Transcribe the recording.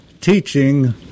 teaching